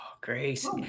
Grace